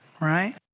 right